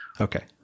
okay